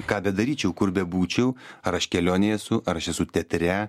ką bedaryčiau kur bebūčiau ar aš kelionėj esu ar aš esu teatre